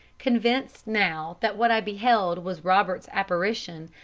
convinced now that what i beheld was robert's apparition,